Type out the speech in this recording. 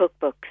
cookbooks